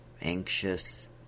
anxious